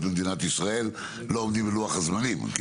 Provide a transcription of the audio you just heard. מדינת ישראל לא עומדים בלוחות הזמנים.